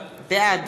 בעד